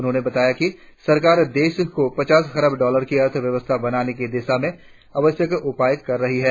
उन्होंने बताया कि सरकार देश को पचास खरब डॉलर की अर्थव्यवस्था बनाने की दिशा में आवश्यक उपाय कर रही है